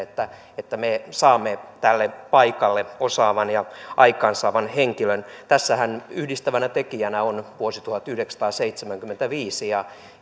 että että me saamme tälle paikalle osaavan ja aikaansaavan henkilön tässähän yhdistävänä tekijänä on vuosi tuhatyhdeksänsataaseitsemänkymmentäviisi ja